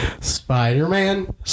Spider-Man